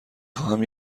خواهم